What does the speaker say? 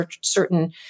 certain